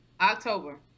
October